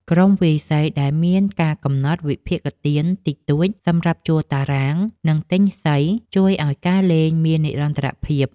ក្រុមវាយសីដែលមានការកំណត់វិភាគទានតិចតួចសម្រាប់ជួលតារាង និងទិញសី ជួយឱ្យការលេងមាននិរន្តរភាព។